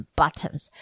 buttons